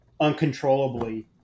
uncontrollably